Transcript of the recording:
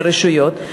מרשויות,